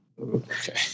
Okay